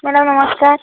madam ନମସ୍କାର